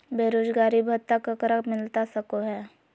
बेरोजगारी भत्ता ककरा मिलता सको है?